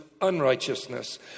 unrighteousness